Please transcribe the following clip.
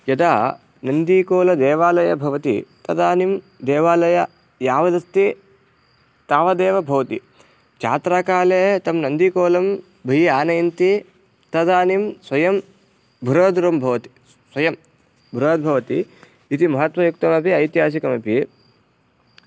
यदा नन्दीकोलदेवालयः भवति तदानीं देवालयः यावदस्ति तावदेव भवति जात्राकाले तं नन्दीकोलं बहिः आनयन्ति तदानीं स्वयं बृहद् रं भवति स्वयं बृहद्भवति इति महत्त्वयुक्तमपि ऐतिहासिकमपि